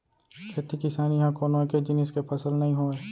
खेती किसानी ह कोनो एके जिनिस के फसल नइ होवय